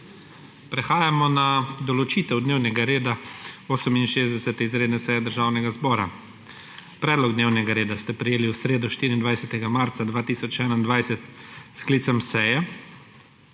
Prehajamo na določitev dnevnega reda 68. izredne seje Državnega zbora. Predlog dnevnega reda ste prejeli v sredo, 24. marca 2021, s sklicem seje.